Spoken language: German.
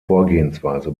vorgehensweise